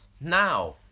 Now